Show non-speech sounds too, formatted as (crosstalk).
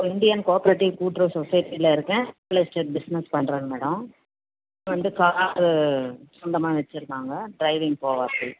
இ Indian cooperative கூட்டுறவு சொசைட்டில இருக்கேன் பிளஸ் (unintelligible) பிஸ்னஸ் பண்ணுறேங்க மேடம் வந்து காரு சொந்தமாக வச்சிருக்காங்கள் ட்ரைவிங் போவாப்டி